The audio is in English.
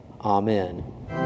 Amen